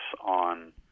on